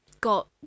got